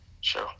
sure